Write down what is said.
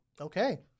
Okay